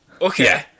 okay